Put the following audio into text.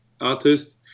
artist